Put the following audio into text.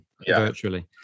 virtually